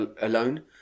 alone